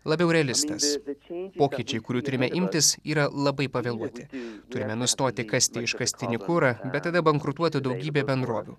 labiau realistas pokyčiai kurių turime imtis yra labai pavėluoti turime nustoti kasti iškastinį kurą bet tada bankrutuotų daugybė bendrovių